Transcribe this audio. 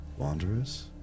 Wanderers